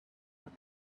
what